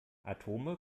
atome